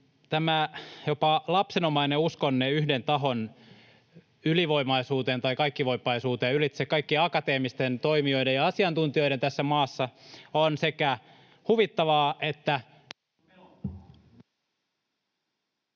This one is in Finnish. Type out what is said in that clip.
tämä jopa lapsenomainen uskonne yhden tahon ylivoimaisuuteen tai kaikkivoipaisuuteen ylitse kaikkien akateemisten toimijoiden ja asiantuntijoiden tässä maassa on sekä huvittavaa että...